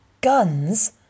Guns